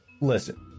listen